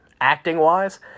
acting-wise